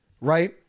right